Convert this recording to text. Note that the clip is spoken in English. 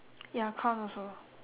ya crown also